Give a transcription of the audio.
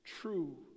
true